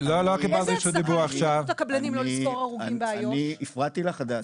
אני הפרעתי לך הדס?